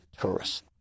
tourists